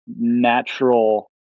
natural